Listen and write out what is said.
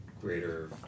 greater